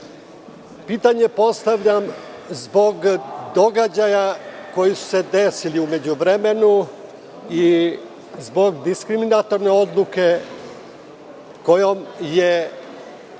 oktobra. Pitanje postavljam zbog događaja koji su se desili u međuvremenu i zbog diskriminatorne odluke kojom je